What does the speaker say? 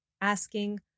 asking